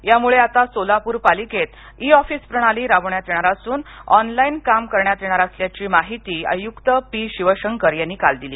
त्यामुळे आता सोलापूर पालिकेत ई ऑफीस प्रणाली राबविण्यात येणार असून ऑनलाईन काम करण्यात येणार असल्याची माहिती आयुक्त पी शिवशंकर यांनी काल दिली